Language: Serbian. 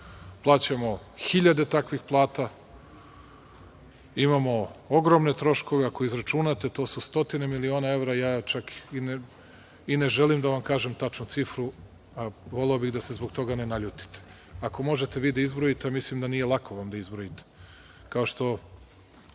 plaćamo 1000 takvih plata, imamo ogromne troškove. Ako izračunate, to su stotine miliona evra, ja čak i ne želim da vam kažem tačnu cifru, a voleo bih da se zbog toga ne naljutite. Ako možete da izbrojite, ali mislim da vam nije lako da izbrojite.